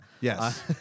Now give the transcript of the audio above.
Yes